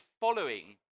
following